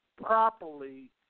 properly